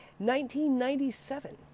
1997